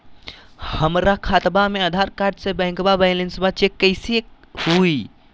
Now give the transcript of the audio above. हमरा खाता में आधार कार्ड से बैंक बैलेंस चेक कैसे हुई?